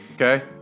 Okay